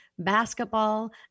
basketball